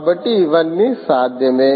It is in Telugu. కాబట్టి ఇవన్నీ సాధ్యమే